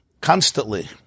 constantly